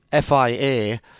FIA